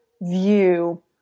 view